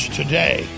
today